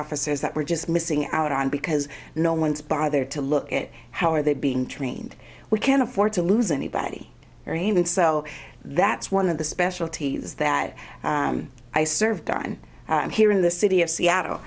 officers that we're just missing out on because no one's bothered to look at how are they being trained we can't afford to lose anybody here even so that's one of the specialties that i served on here in the city of seattle